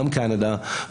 גם קנדה.